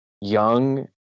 young